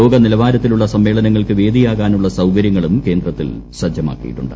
ലോക നിലവാരത്തിലുള്ള സമ്മേളനങ്ങൾക്ക് വേദിയാകാനുള്ള സൌകര്യങ്ങളും കേന്ദ്രത്തിൽ സജ്ജമാക്കിയിട്ടുണ്ട്